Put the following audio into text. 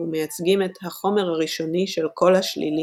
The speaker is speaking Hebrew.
ומייצגים את "החומר הראשוני של כל השלילי"